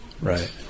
Right